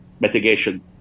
mitigation